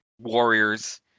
warriors